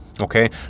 Okay